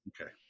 Okay